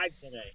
today